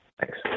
Thanks